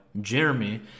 Jeremy